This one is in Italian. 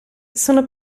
sono